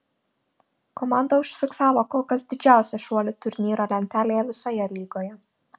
komanda užfiksavo kol kas didžiausią šuolį turnyro lentelėje visoje lygoje